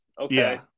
okay